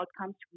Outcomes